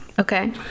Okay